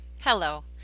Hello